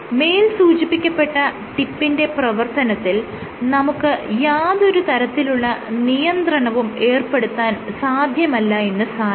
മേൽ സൂചിപ്പിക്കപ്പെട്ട ടിപ്പിന്റെ പ്രവർത്തനത്തിൽ നമുക്ക് യാതൊരു തരത്തിലുള്ള നിയന്ത്രണവും ഏർപ്പെടുത്താൻ സാധ്യമല്ല എന്ന് സാരം